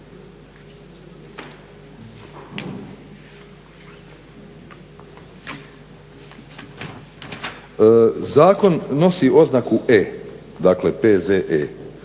Zakon nosi oznaku E., dakle P.Z.E.